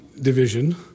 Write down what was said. division